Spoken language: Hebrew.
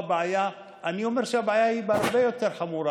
אני אומר שהבעיה היא הרבה יותר חמורה.